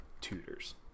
tutors